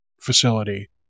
facility